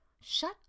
Shut